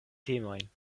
temojn